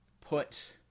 put